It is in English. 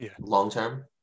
long-term